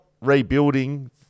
rebuilding